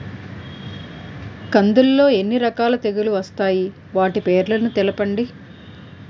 కందులు లో ఎన్ని రకాల తెగులు వస్తాయి? వాటి పేర్లను తెలపండి?